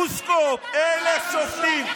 פוגלמן, גרוסקופף, אלה שופטים?